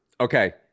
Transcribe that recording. Okay